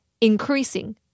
increasing